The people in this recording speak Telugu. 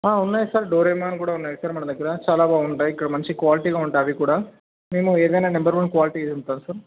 ఉన్నాయి సార్ డోరేమాన్ కూడా ఉన్నాయి సార్ మన దగ్గర చాలా బాగుంటాయి ఇక్కడ మంచి క్వాలిటీగా ఉంటాయి అవి కూడా మేము ఏదైన నంబర్ వన్ క్వాలిటీయే ఉంటుంది సార్